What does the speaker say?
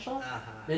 (uh huh)